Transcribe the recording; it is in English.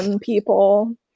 People